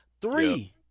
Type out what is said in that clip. Three